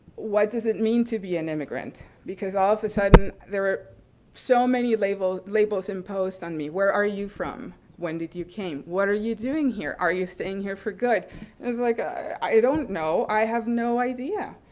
what does it mean to be an immigrant? because all of a sudden there so many labels labels imposed on me. where are you from? when did you came? what are you doing here? are you staying here for good? it's like, i i don't know, i have no idea.